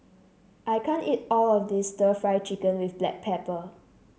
I can't eat all of this stir Fry Chicken with Black Pepper